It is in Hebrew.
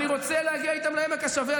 ואני רוצה להגיע איתם לעמק השווה.